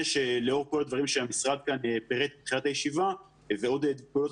שלאור כל הדברים שהמשרד כאן פירט בתחילת הישיבה ועוד פעולות